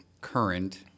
current